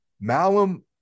Malum